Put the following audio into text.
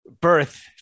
birth